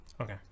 Okay